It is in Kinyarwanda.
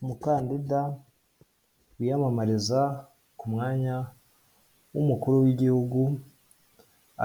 Umukandida wiyamamariza ku mwanya w'umukuru w'igihugu,